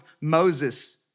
Moses